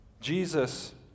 Jesus